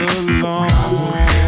alone